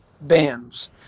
bands